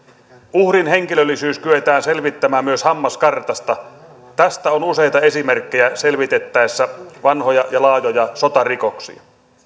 uhrin henkilöllisyys kyetään selvittämään myös hammaskartasta tästä on useita esimerkkejä selvitettäessä vanhoja ja laajoja sotarikoksia